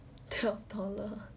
twelve dollar